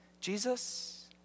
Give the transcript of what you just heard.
Jesus